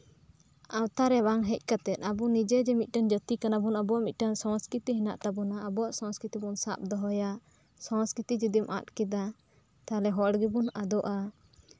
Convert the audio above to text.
ᱟᱶᱛᱟ ᱨᱮ ᱵᱟᱝ ᱦᱮᱡ ᱠᱟᱛᱮᱫ ᱟᱵᱚ ᱱᱤᱡᱮ ᱢᱤᱫᱴᱟᱱ ᱡᱟᱹᱛᱤ ᱠᱟᱱᱟ ᱵᱚᱱ ᱟᱵᱚᱣᱟᱜ ᱢᱤᱫᱴᱟᱱ ᱥᱚᱥᱠᱨᱤᱛᱤ ᱢᱮᱱᱟᱜ ᱛᱟᱵᱳᱱᱟ ᱟᱵᱚᱣᱟᱜ ᱥᱚᱥᱠᱨᱤᱛᱤ ᱵᱚᱱ ᱥᱟᱵ ᱫᱚᱦᱚᱭᱟ ᱥᱚᱥᱠᱨᱤᱛᱤ ᱡᱩᱫᱤᱢ ᱟᱫ ᱠᱮᱫᱟ ᱛᱟᱦᱞᱮ ᱦᱚᱲ ᱜᱮᱵᱚᱱ ᱟᱫᱚᱜᱼᱟ